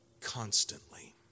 constantly